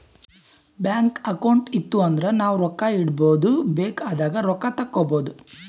bank account ಇತ್ತು ಅಂದುರ್ ನಾವು ರೊಕ್ಕಾ ಇಡ್ಬೋದ್ ಬೇಕ್ ಆದಾಗ್ ರೊಕ್ಕಾ ತೇಕ್ಕೋಬೋದು